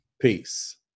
peace